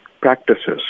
practices